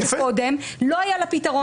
לא היה לה פתרון.